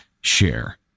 share